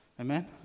Amen